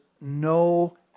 no